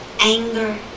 anger